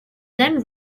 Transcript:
then